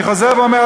אני חוזר ואומר,